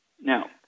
Now